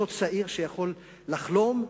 אותו צעיר שיכול לחלום,